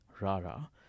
Rara